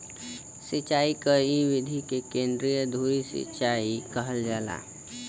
सिंचाई क इ विधि के केंद्रीय धूरी सिंचाई कहल जाला